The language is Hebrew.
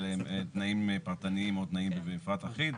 תנאים פרטניים או תנאים במפרט אחיד.